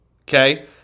Okay